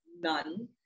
none